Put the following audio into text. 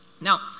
Now